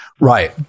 Right